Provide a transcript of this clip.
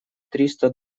триста